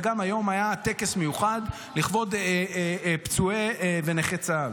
וגם היום היה טקס מיוחד לכבוד פצועי ונכי צה"ל,